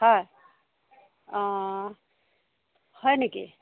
হয় অ হয় নেকি